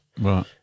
Right